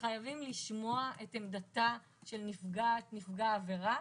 שחייבים לשמוע את עמדתה של נפגעת או נפגע עבירה.